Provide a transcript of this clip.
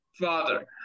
father